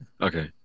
Okay